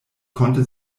konnte